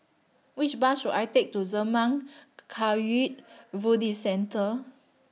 Which Bus should I Take to Zurmang Kagyud Buddhist Centre